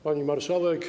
Pani Marszałek!